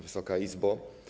Wysoka Izbo!